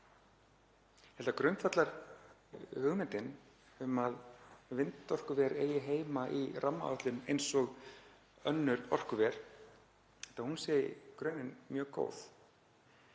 held að grundvallarhugmyndin um að vindorkuver eigi heima í rammaáætlun eins og önnur orkuver sé í grunninn mjög góð